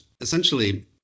essentially